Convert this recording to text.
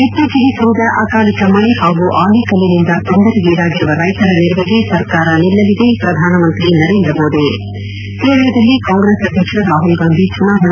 ಇತ್ತೀಚೆಗೆ ಸುರಿದ ಅಕಾಲಿಕ ಮಳೆ ಹಾಗೂ ಆಲಿಕಲ್ಲಿನಿಂದ ತೊಂದರೆಗೀಡಾಗಿರುವ ರೈತರ ನೆರವಿಗೆ ಸರ್ಕಾರ ನಿಲ್ಲಲಿದೆ ಪ್ರಧಾನಮಂತ್ರಿ ನರೇಂದ್ರ ಮೋದಿ ಕೇರಳದಲ್ಲಿ ಕಾಂಗ್ರೆಸ್ ಅಧ್ಯಕ್ಷ ರಾಹುಲ್ ಗಾಂಧಿ ಚುನಾವಣಾ ಪ್ರಚಾರ